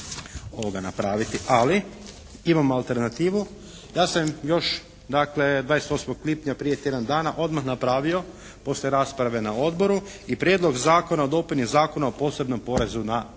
moći napraviti, ali imamo alternativu da se još dakle 28. lipnja, prije tjedan dana odmah napravio poslije rasprave na odboru i Prijedlog Zakona o dopuni Zakona o posebnom porezu na alkohol,